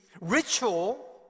ritual